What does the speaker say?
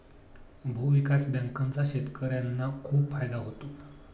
भूविकास बँकांचा शेतकर्यांना खूप फायदा होतो